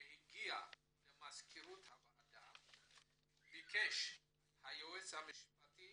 שהגיע למזכירות הועדה, ביקש היועץ המשפטי